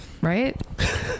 right